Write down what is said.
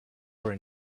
were